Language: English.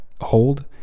hold